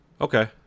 okay